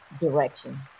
direction